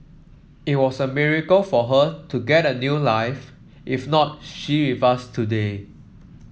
it was a miracle for her to get a new life if not she with us today